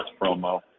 promo